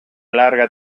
larga